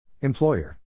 Employer